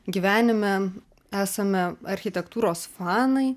gyvenime esame architektūros fanai